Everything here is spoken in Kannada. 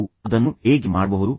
ನೀವು ಅದನ್ನು ಹೇಗೆ ಮಾಡಬಹುದು